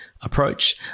approach